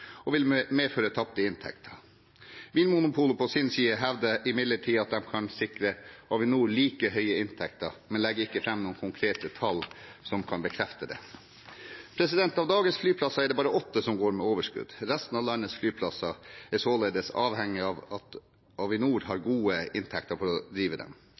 det vil medføre tapte inntekter. Vinmonopolet på sin side hevder imidlertid at de kan sikre Avinor like høye inntekter, men legger ikke fram noen konkrete tall som kan bekrefte det. Av dagens flyplasser er det bare åtte som går med overskudd. Resten av landets flyplasser er således avhengige av at Avinor har gode inntekter for å drive dem.